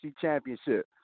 championship